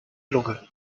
lunge